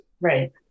Right